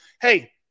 Hey